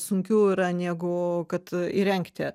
sunkiau yra negu kad įrengti